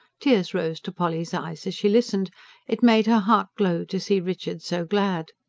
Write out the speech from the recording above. tears rose to polly's eyes as she listened it made her heart glow to see richard so glad.